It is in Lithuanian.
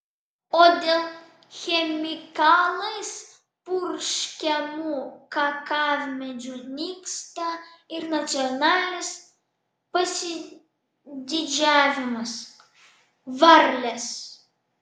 o dėl chemikalais purškiamų kakavmedžių nyksta ir nacionalinis pasididžiavimas varlės